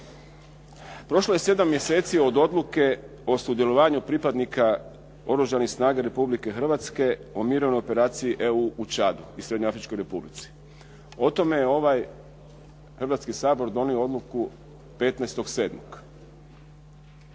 Prošlo je 7 mjeseci od odluke o sudjelovanju pripadnika Oružanih snaga Republike Hrvatske o mirovnoj operaciji EU u Čadu i Srednjoafričkoj Republici. O tome je ovaj Hrvatski sabor donio odluku 15. 7.